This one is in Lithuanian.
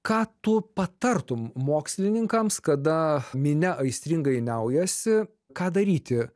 ką tu patartum mokslininkams kada minia aistringai niaujasi ką daryti